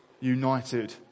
united